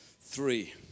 three